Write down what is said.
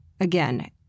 again